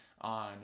on